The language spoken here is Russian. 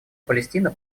палестина